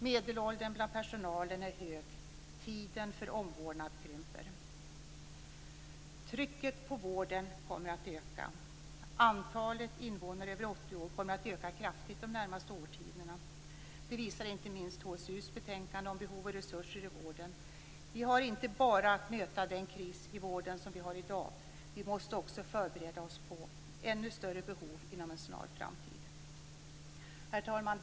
Medelåldern bland personalen är hög. Tiden för omvårdnad krymper. Trycket på vården kommer att öka. Antalet invånare över 80 år kommer att öka kraftigt de närmaste årtiondena. Det visar inte minst HSU:s betänkande om behov och resurser i vården. Vi har inte bara att möta den kris i vården som vi har i dag. Vi måste också förbereda oss på ännu större behov inom en snar framtid. Herr talman!